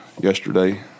yesterday